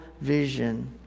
vision